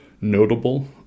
notable